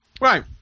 Right